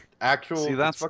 actual